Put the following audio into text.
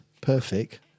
perfect